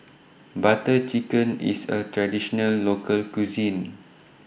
Butter Chicken IS A Traditional Local Cuisine